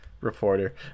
reporter